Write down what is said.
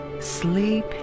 sleep